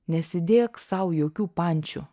nesidėk sau jokių pančių